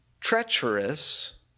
treacherous